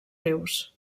rius